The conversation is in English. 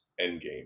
Endgame